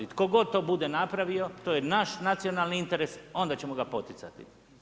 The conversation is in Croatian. Tko god to bude napravio to je naš nacionalni interes onda ćemo ga poticati.